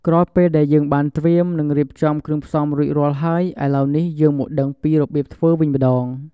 ក្រោយពេលដែលយើងបានត្រៀម និងរៀបចំគ្រឿងផ្សំរួចរាល់ហើយ ឥឡូវនេះយើងមកដឹងពីរបៀបធ្វើវិញម្ដង។